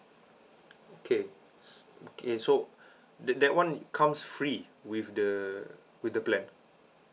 okay okay so th~ that one comes free with the with the plan